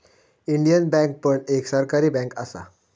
Indian Bank पण एक सरकारी बँक असा